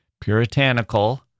puritanical